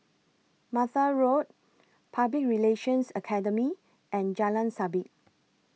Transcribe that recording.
Martha Road Public Relations Academy and Jalan Sabit